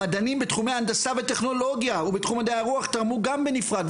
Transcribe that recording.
המדענים בתחומי הנדסה וטכנולוגיה ובתחום מדעי הרוח תרמו גם בנפרד,